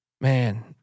man